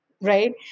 right